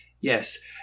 Yes